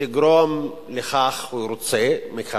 שתגרום לכך, הוא רוצה, מקווה,